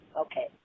Okay